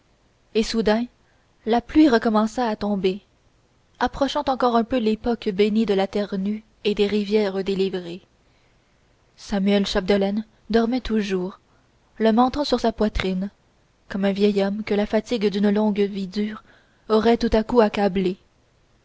et soudain la pluie recommença à tomber approchant encore un peu l'époque bénie de la terre nue et des rivières délivrées samuel chapdelaine dormait toujours le menton sur sa poitrine comme un vieil homme que la fatigue d'une longue vie dure aurait tout à coup accablé